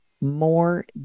more